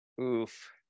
oof